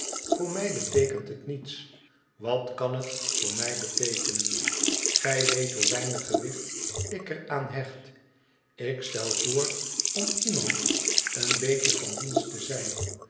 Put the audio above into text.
voor mij beteekent het niets wat kan het voor mij beteekenen p gij weet hoe weinig gewicht ik er aan hecht ik stel voor om iemand een beetje van dienst te zijn